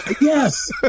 Yes